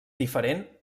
diferent